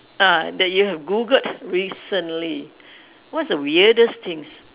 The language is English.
ah that you have Googled recently what is the weirdest things